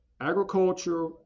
agriculture